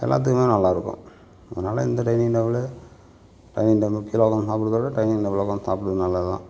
எல்லாத்துக்குமே நல்லாயிருக்கும் அதனால் இந்த டைனிங் டேபிள் டைனிங் டேபிள் கீழே உக்கார்ந்து சாப்பிட்றத விட டைனிங் டேபிளில் உக்கார்ந்து சாப்பிட்றது நல்லது தான்